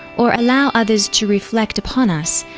or allow others to reflect upon us,